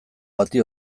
bati